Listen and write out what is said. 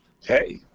Hey